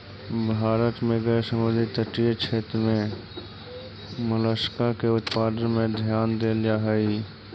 भारत में गैर समुद्र तटीय क्षेत्र में मोलस्का के उत्पादन में ध्यान देल जा हई